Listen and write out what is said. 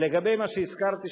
ולגבי מה שהזכרתי,